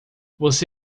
você